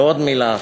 ועוד מילה אחרונה.